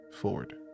Ford